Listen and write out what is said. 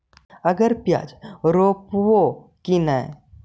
अबर प्याज रोप्बो की नय?